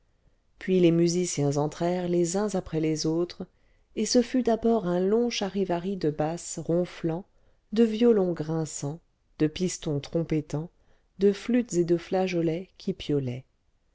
puis les musiciens entrèrent les uns après les autres et ce fut d'abord un long charivari de basses ronflant de violons grinçant de pistons trompettant de flûtes et de flageolets qui